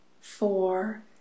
four